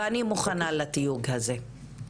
ואני מוכנה לתיוג הזה.